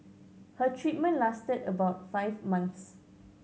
her treatment lasted about five months